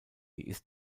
ist